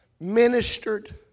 ministered